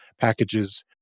packages